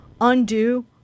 undo